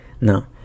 No